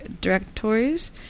directories